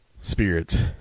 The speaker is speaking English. spirits